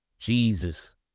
Jesus